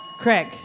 Craig